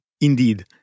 Indeed